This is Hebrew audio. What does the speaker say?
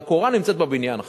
והקורה נמצאת בבניין עכשיו.